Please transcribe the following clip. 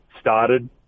started